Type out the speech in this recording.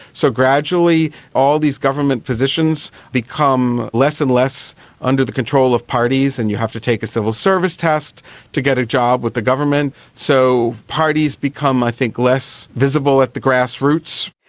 so gradually all these government positions become less and less under the control of parties and you have to take a civil service test to get a job with the government. so parties become i think less visible at the grassroots.